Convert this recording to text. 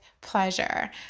pleasure